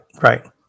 right